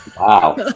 Wow